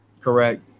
correct